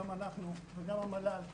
גם אנחנו וגם המל"ל,